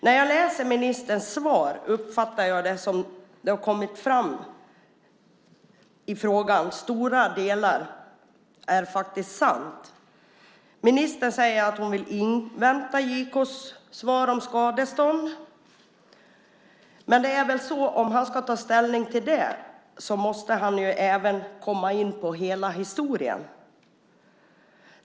När jag läser ministern svar uppfattar jag att stora delar av det som har kommit fram faktiskt är sant. Ministern säger att hon vill invänta JK:s utredning om skadestånd. Men om han ska ta ställning till det måste han även komma in på hela historien.